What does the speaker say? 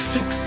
Fix